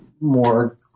more